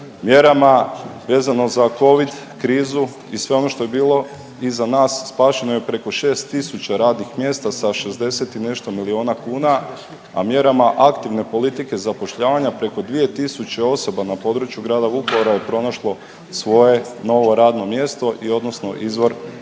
Mjerama vezano za covid krizu i sve ono što je bilo iza nas spašeno je preko 6000 radnih mjesta sa 60 i nešto milijuna kuna, a mjerama aktivne politike zapošljavanja preko 2000 osoba na području grada Vukovara je pronašlo svoje novo radno mjesto odnosno izvor prihoda.